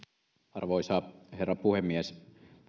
arvoisa herra puhemies